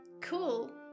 Cool